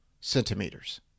centimeters